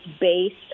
based